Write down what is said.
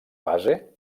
base